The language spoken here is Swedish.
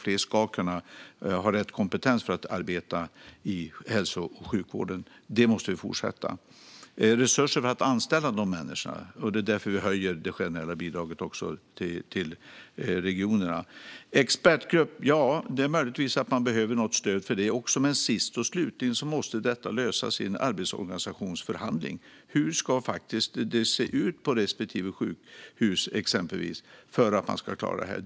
Fler ska kunna ha rätt kompetens för att arbeta i hälso och sjukvården. Det arbetet måste vi fortsätta med. När det gäller resurser för att anställa de människorna höjer vi också det generella bidraget till regionerna. I fråga om en expertgrupp kan man möjligtvis behöva något stöd också för det. Men sist och slutligen måste detta lösas i en arbetsorganisationsförhandling. Hur ska det se ut på exempelvis respektive sjukhus för att man ska klara av det här?